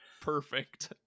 perfect